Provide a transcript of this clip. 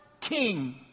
king